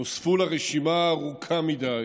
נוספו לרשימה הארוכה מדי